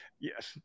Yes